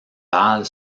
balle